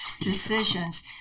decisions